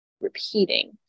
repeating